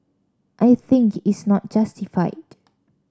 I think is not justified